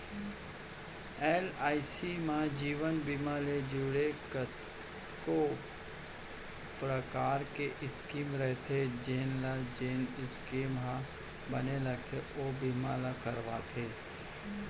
LIC म जीवन बीमा ले जुड़े कतको परकार के स्कीम रथे जेन ल जेन स्कीम ह बने लागथे ओ बीमा ल करवाथे